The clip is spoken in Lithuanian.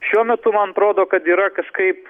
šiuo metu man atrodo kad yra kažkaip